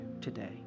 today